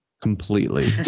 completely